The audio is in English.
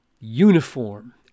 uniform